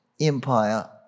empire